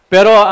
Pero